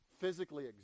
physically